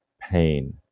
pain